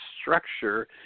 structure